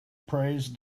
praised